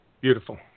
Beautiful